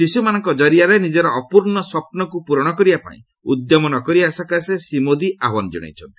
ଶିଶୁମାନଙ୍କ ଜରିଆରେ ନିଜର ଅପୂର୍ଣ୍ଣ ସ୍ୱପ୍ନକୁ ପୂରଣ କରିବାପାଇଁ ଉଦ୍ୟମ ନ କରିବା ସକାଶେ ଶ୍ରୀ ମୋଦି ଆହ୍ୱାନ ଜଣାଇଛନ୍ତି